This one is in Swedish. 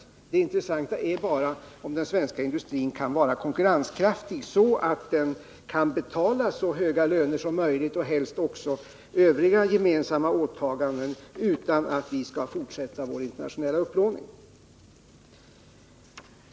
Det enda intressanta är om den svenska industrin kan vara konkurrenskraftig, så att den kan betala så höga löner som möjligt och helst också övriga gemensamma åtaganden utan att vi behöver fortsätta med vår internationella upplåning.